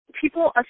people